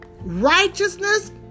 righteousness